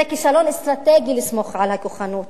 זה כישלון אסטרטגי לסמוך על כוחנות,